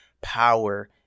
power